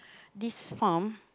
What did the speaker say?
this farm